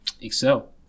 excel